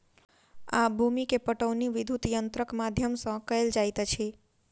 आब भूमि के पाटौनी विद्युत यंत्रक माध्यम सॅ कएल जाइत अछि